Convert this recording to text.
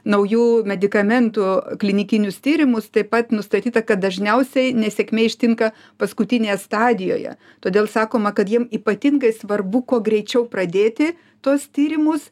naujų medikamentų klinikinius tyrimus taip pat nustatyta kad dažniausiai nesėkmė ištinka paskutinėje stadijoje todėl sakoma kad jiem ypatingai svarbu kuo greičiau pradėti tuos tyrimus